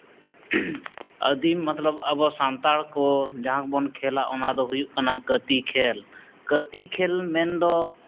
ᱟᱹᱫᱤᱢ ᱢᱚᱛᱞᱚᱵ ᱟᱵᱚ ᱥᱟᱱᱛᱟᱲ ᱠᱚ ᱡᱟᱦᱟᱸ ᱵᱚᱱ ᱠᱷᱮᱞᱟ ᱚᱱᱟ ᱫᱚ ᱦᱩᱭᱩᱜ ᱠᱟᱱᱟ ᱠᱟᱹᱛᱤ ᱠᱷᱮᱞ ᱠᱟᱹᱛᱤ ᱠᱷᱮᱞ ᱢᱮᱱᱫᱚ